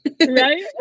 Right